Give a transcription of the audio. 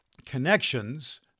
connections